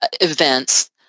events